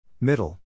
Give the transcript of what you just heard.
Middle